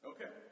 Okay